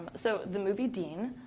so the movie dean,